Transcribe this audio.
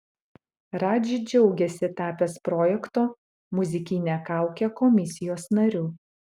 radži džiaugiasi tapęs projekto muzikinė kaukė komisijos nariu